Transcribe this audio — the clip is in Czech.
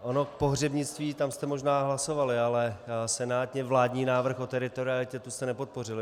Ono pohřebnictví, tam jste možná hlasovali, ale senátněvládní návrh o teritorialitě, ten jste nepodpořili.